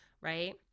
right